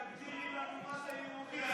אם תגדירי לנו מה זה יהודי.